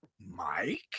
Mike